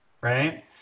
Right